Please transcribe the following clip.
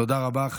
תודה רבה.